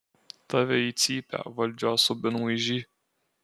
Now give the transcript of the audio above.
tave į cypę valdžios subinlaižy